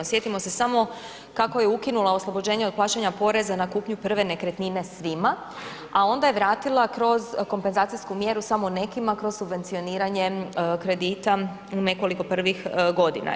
Sjetimo se samo kako je ukinula oslobođenje od plaćanja poreza na kupnju prve nekretnine svima a onda je vratila kroz kompenzacijsku mjeru samo nekima kroz subvencioniranje kredita u nekoliko prvih godina.